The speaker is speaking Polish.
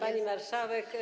Pani Marszałek!